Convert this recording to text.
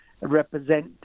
represent